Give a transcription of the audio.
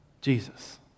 Jesus